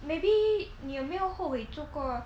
maybe 你有没有后悔做过